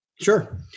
Sure